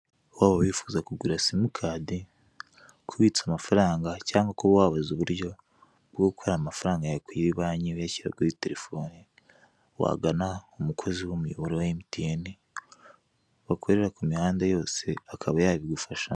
Waba wifuza kugura simu kadi, kubitsa amafaranga cyangwa kuba wabaza uburyo bwo gukura amafaranga yawe kuri banki uyashyira kuri terefone; wagana umukozi w'umuyoboro wa emutiyene bakorera ku mihanda yose akaba yabigufashamo.